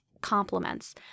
complements